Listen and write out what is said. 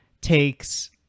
takes